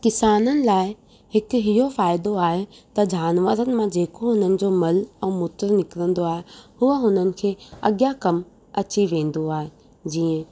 किसाननि लाइ हिकु इहो फ़ाइदो आहे त जानवरनि मां जेको उन्हनि जो मल ऐं मूत्र निकिरंदो आहे उहो उन्हनि खे अॻियां कमु अची वेंदो आहे जीअं